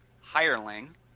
hireling